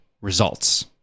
results